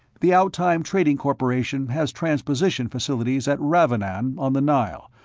the outtime trading corporation has transposition facilities at ravvanan, on the nile,